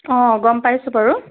অঁ গম পাইছো বাৰু